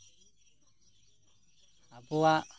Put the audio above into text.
ᱟᱵᱚᱣᱟᱜ